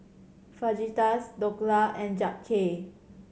Fajitas Dhokla and Japchae